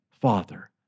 Father